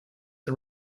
are